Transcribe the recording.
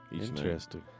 Interesting